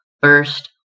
first